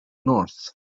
north